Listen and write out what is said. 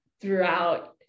throughout